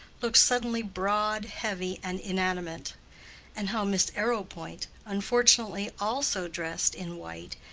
looked suddenly broad, heavy and inanimate and how miss arrowpoint, unfortunately also dressed in white,